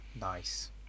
Nice